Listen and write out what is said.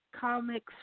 comics